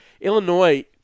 Illinois